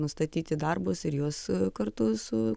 nustatyti darbus ir juos kartu su